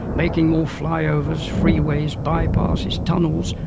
making more flyovers, freeways, by-passes, tunnels,